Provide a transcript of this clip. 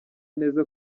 neza